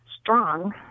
strong